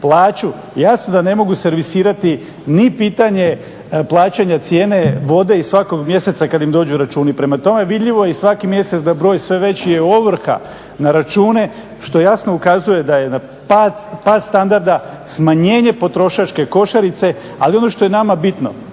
plaću. Jasno da ne mogu servisirati ni pitanje plaćanje cijene vode iz svakog mjeseca kada im dođu računi. Prema tome, vidljivo je i svaki mjesec da broj sve veći je ovrha na račune što jasno ukazuje da na pad standarda smanjenje potrošačke košarice. Ali ono što je nama bitno